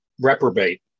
reprobate